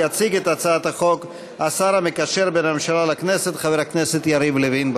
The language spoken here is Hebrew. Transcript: יציג את הצעת החוק השר המקשר בין הממשלה לכנסת חבר הכנסת יריב לוין.